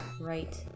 Right